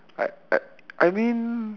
I I I mean